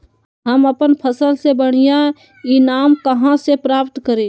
हम अपन फसल से बढ़िया ईनाम कहाँ से प्राप्त करी?